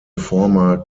former